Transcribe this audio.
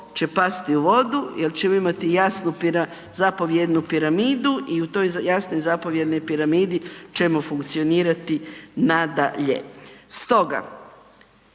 će pasti u vodu jel ćemo imati jasnu zapovjednu piramidu i u toj jasnoj zapovjednoj piramidi ćemo funkcionirati na dalje. Stoga,